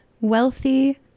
wealthy